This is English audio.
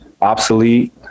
Obsolete